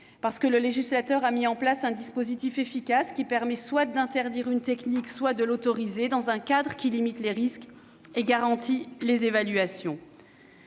effet, le législateur a mis en place un dispositif efficace qui permet soit d'interdire une technique, soit de l'autoriser dans un cadre qui limite les risques et garantit les évaluations.